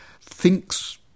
thinks